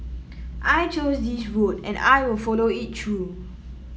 I chose this road and I'll follow it through